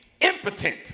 impotent